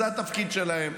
זה התפקיד שלהם.